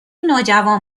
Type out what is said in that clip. نوجوان